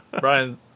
Brian